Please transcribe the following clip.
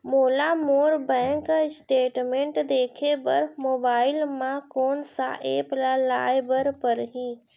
मोला मोर bank statement देखे बर मोबाइल मा कोन सा एप ला लाए बर परही?